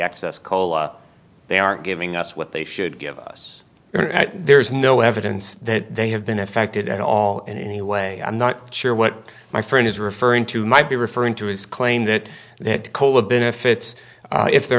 excess cola they are giving us what they should give us there is no evidence that they have been affected at all and he way i'm not sure what my friend is referring to might be referring to his claim that that cola benefits if they're